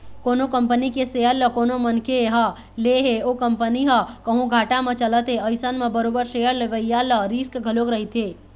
कोनो कंपनी के सेयर ल कोनो मनखे ह ले हे ओ कंपनी ह कहूँ घाटा म चलत हे अइसन म बरोबर सेयर लेवइया ल रिस्क घलोक रहिथे